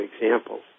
examples